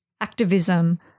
activism